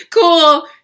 cool